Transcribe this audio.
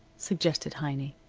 suggested heiny.